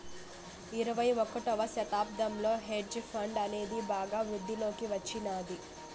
ఇరవై ఒకటవ శతాబ్దంలో హెడ్జ్ ఫండ్ అనేది బాగా వృద్ధిలోకి వచ్చినాది